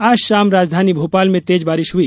आज शाम राजधानी भोपाल में तेज बारिश हुई